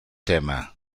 tema